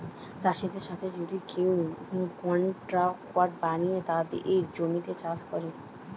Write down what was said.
চাষিদের সাথে যদি কেউ কন্ট্রাক্ট বানিয়ে তাদের জমিতে চাষ করে